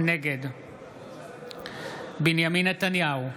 נגד בנימין נתניהו,